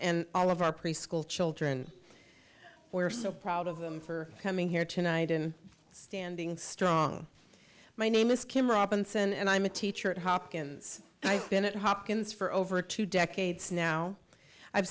and all of our preschool children were so proud of them for coming here tonight and standing strong my name is kim robinson and i'm a teacher at hopkins and i've been at hopkins for over two decades now i've